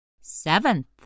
Seventh